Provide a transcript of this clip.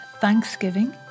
thanksgiving